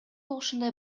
ушундай